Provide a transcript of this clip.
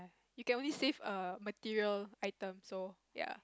you can only save a material item so ya